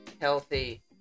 healthy